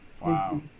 wow